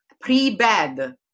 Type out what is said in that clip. pre-bed